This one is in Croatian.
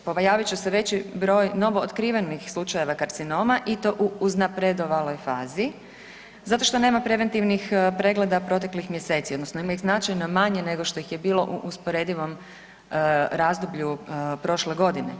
Pojavit će se veći broj novootkrivenih slučajeva karcinoma i to u uznapredovaloj fazi zato što nema preventivnih pregleda proteklih mjeseci odnosno ima ih značajno manje nego što ih je bilo u usporedivom razdoblju prošle godine.